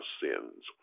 sins